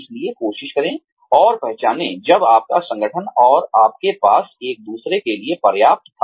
इसलिए कोशिश करें और पहचानें जब आपका संगठन और आपके पास एक दूसरे के लिए पर्याप्त था